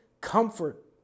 comfort